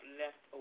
left